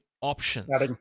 options